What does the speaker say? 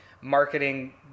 marketing